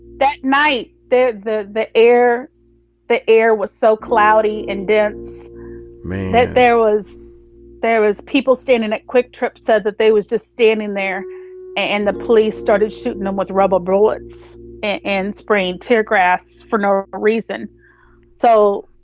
that night, the the air the air was so cloudy and dense that there was there was people standing at quick trip said that they was just standing there and the police started shooting them with rubber bullets and spraying tear grass for no reason so